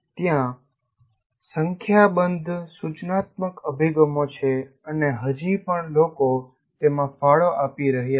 ત્યાં સંખ્યાબંધ સૂચનાત્મક અભિગમો છે અને હજી પણ લોકો તેમાં ફાળો આપી રહ્યા છે